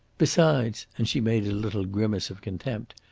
besides, and she made a little grimace of contempt,